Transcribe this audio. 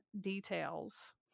details